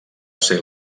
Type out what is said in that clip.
ser